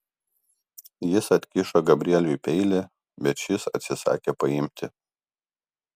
jis atkišo gabrieliui peilį bet šis atsisakė paimti